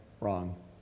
Wrong